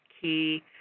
key